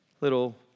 little